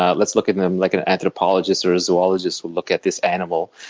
ah let's look at them like an anthropologist or a zoologist would look at this animal,